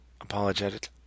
Apologetic